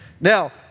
Now